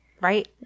Right